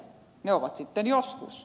ne ovat sitten joskus